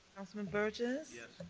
councilman burgess. yes.